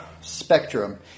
spectrum